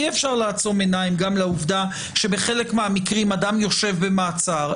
אי-אפשר לעצום עיניים גם לעובדה שבחלק מהמקרים אדם יושב במעצר.